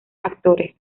actores